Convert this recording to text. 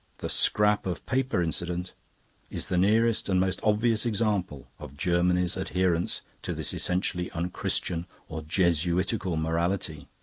the scrap of paper incident is the nearest and most obvious example of germany's adherence to this essentially unchristian or jesuitical morality.